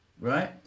right